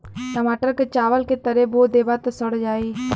टमाटर क चावल के तरे बो देबा त सड़ जाई